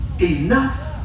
enough